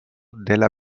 della